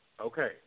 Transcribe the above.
Okay